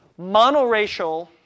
monoracial